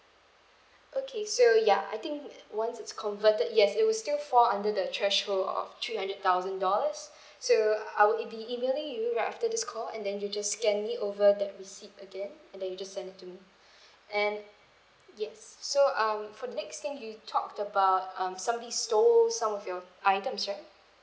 okay so ya I think it once it's converted yes it will still fall under the threshold of three hundred thousand dollars so I will it be emailing you right after this call and then you just scan me over that receipt again and then you just send it to me and yes so um for the next thing you talked about um somebody stole some of your items right